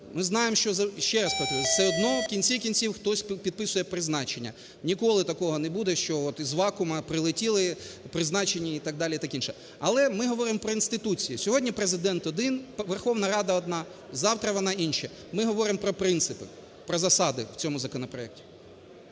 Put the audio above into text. Ми знаємо, ще раз повторю, все одно в кінці кінців, хтось підписує призначення. Ніколи такого не буде, що із вакууму прилетіли, призначені і так далі і таке інше. Але ми говоримо про інституції. Сьогодні Президент один, Верховна Рада одна, завтра вона інша. Ми говоримо про принципи, про засади в цьому законопроекті.